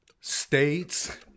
states